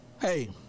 hey